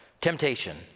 temptation